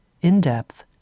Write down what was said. in-depth